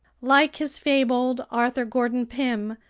like his fabled arthur gordon pym,